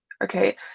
Okay